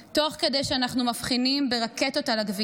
תוך כדי שאנחנו מבחינים ברקטות על הכביש,